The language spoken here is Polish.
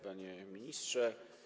Panie Ministrze!